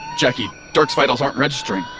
jacki, dirk's vitals aren't registering!